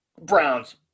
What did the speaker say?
Browns